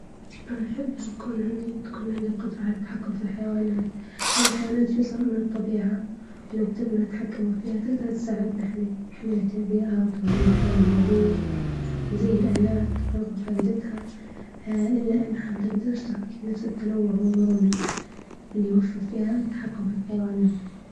نحب نكون عندي تكون عندي القدرة على التحكم في الحيوانات، لإن الحيوانات جزء من الطبيعة، ولو قدرنا نتحكم فيها تقدر تساعدنا إحنا في حماية البيئة وتنظيم الحياة البرية، زي الآلات رغم فائدتها الإ أنها ما تقدرش تعطيك نفس التنوع والمرونة، اللي وفر فيها التحكم في الحيوانات.